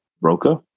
broker